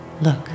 Look